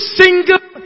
single